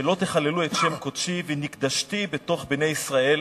"ולא תחללו את שם קדשי ונתקדשתי בתוך בני ישראל".